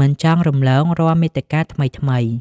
មិនចង់រំលងរាល់មាតិកាថ្មីៗ។